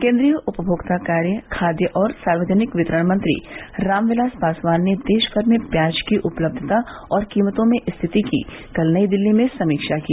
केन्द्रीय उपमोक्ता कार्य खाद्य और सार्वजनिक वितरण मंत्री रामविलास पासवान ने देशभर में प्याज की उपलब्धता और कीमतों की स्थिति की कल नई दिल्ली में समीक्षा की